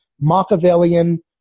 Machiavellian